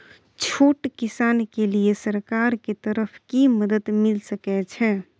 छोट किसान के लिए सरकार के तरफ कि मदद मिल सके छै?